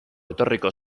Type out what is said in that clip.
etorriko